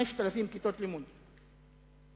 5,000 כיתות לימוד תקניות.